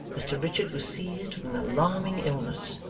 mr richard was seized with an alarming illness,